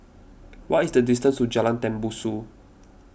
what is the distance to Jalan Tembusu